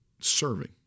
Serving